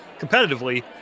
competitively